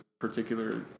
particular